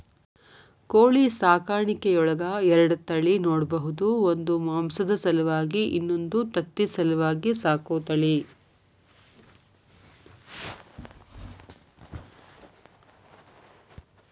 ಕೋಳಿ ಸಾಕಾಣಿಕೆಯೊಳಗ ಎರಡ ತಳಿ ನೋಡ್ಬಹುದು ಒಂದು ಮಾಂಸದ ಸಲುವಾಗಿ ಇನ್ನೊಂದು ತತ್ತಿ ಸಲುವಾಗಿ ಸಾಕೋ ತಳಿ